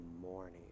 morning